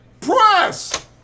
press